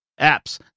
apps